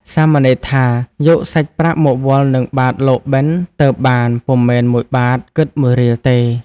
សាមណេរថាយកសាច់ប្រាក់មកវាល់នឹងបាត្រលោកបិណ្ឌទើបបាន ពុំមែន ១បាទ គិត១រៀលទេ។